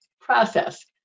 process